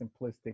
simplistic